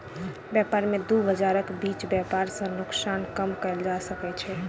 व्यापार में दू बजारक बीच व्यापार सॅ नोकसान कम कएल जा सकै छै